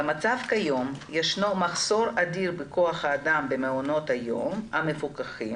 במצב כיום ישנו מחסור אדיר בכוח האדם במעונות היום המפוקחים,